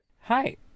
Hi